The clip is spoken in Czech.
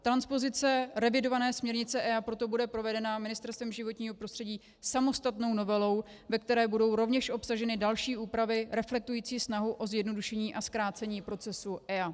Transpozice revidované směrnice EIA proto bude provedena Ministerstvem životního prostředí samostatnou novelou, ve které budou rovněž obsaženy další úpravy reflektující snahu o zjednodušení a zkrácení procesu EIA.